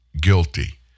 guilty